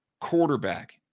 quarterback